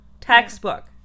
Textbook